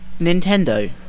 Nintendo